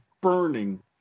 burning